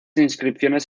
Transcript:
inscripciones